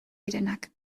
direnak